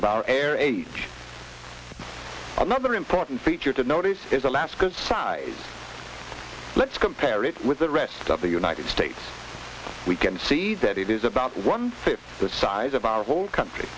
of our air age another important feature to notice is alaska's size let's compare it with the rest of the united states we can see that it is about one fifth the size of our whole country